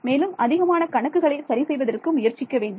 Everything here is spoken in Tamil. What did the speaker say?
மேலும் அதிகமான கணக்குகளை சரி செய்வதற்கு முயற்சிக்க வேண்டும்